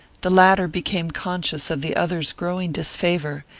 the latter became conscious of the other's growing disfavor,